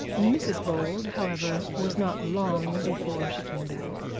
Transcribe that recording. mrs bold, however, was not long before she came back.